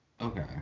Okay